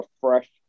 fresh